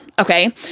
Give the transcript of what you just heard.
Okay